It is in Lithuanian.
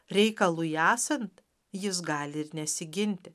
reikalui esant jis gali ir nesiginti